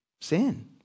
sin